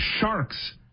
sharks